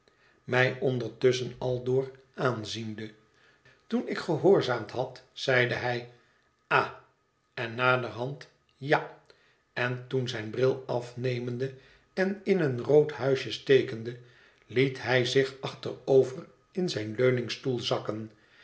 mij ondertusschen aldoor aanziende toen ik gehoorzaamd had zeide hij ha en naderhand ja en toen zijn bril afnemende en in een rood huisje stekende liet hij zich achterover in zijn leuningstoel zakken